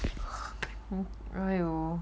oh !aiyo!